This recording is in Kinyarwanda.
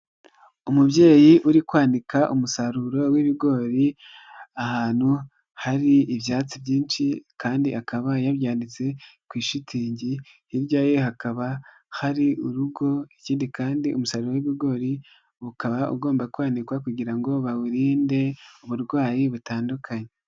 Umubyeyi uri kwanika umusaruro w'ibigori ahantu hari ibyatsi byinshi, kandi akaba yabyanitse ku ishitingi hirya ye hakaba hari urugo ikindi kandi umusaruro w'ibigori, ukaba ugomba kwanikwa kugira ngo bawurinde uburwayi butandukanye.